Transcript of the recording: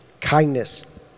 kindness